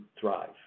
thrive